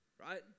right